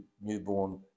newborn